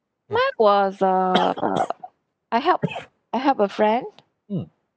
mine was err uh I helped I helped a friend